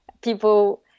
people